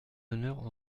honneurs